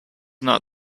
not